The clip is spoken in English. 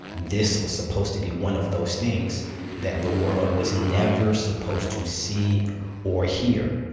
this was supposed to be one of those things that the world was never supposed to see or hear